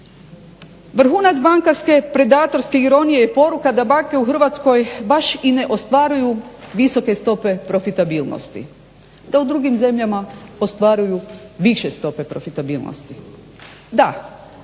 Vrhunac bankarske predatorske ironije je poruka da banka u Hrvatskoj baš i ne ostvaruju visoke stope profitabilnosti, da u drugim zemljama ostvaruju više stope profitabilnosti. Da,